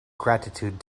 gratitude